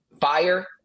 fire